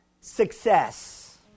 success